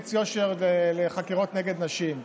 למליץ יושר לחקירות נגד נשים.